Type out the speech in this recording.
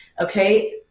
okay